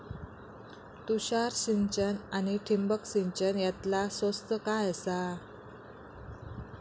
तुषार सिंचन आनी ठिबक सिंचन यातला स्वस्त काय आसा?